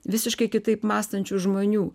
visiškai kitaip mąstančių žmonių